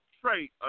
trait